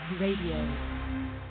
Radio